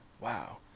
Wow